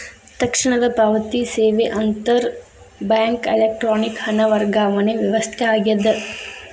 ತಕ್ಷಣದ ಪಾವತಿ ಸೇವೆ ಅಂತರ್ ಬ್ಯಾಂಕ್ ಎಲೆಕ್ಟ್ರಾನಿಕ್ ಹಣ ವರ್ಗಾವಣೆ ವ್ಯವಸ್ಥೆ ಆಗ್ಯದ